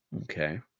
Okay